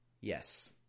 Yes